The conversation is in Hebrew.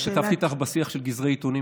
השתתפתי איתך בשיח של גזרי עיתונים,